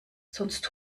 sonst